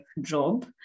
job